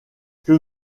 que